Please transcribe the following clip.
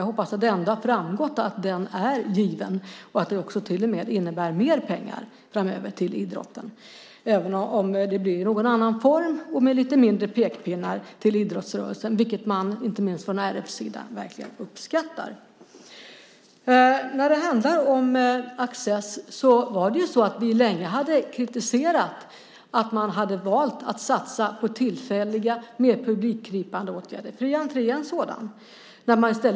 Jag hoppas att det ändå har framgått att den är given och att det till och med också innebär mer pengar framöver till idrotten, även om det blir i någon annan form och med färre pekpinnar till idrottsrörelsen. Inte minst RF uppskattar det. Sedan var det frågan om Access. Vi hade länge kritiserat att man hade valt att satsa på tillfälliga, mer publikfriande åtgärder. Fri entré är en sådan åtgärd.